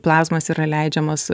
plazmos yra leidžiamos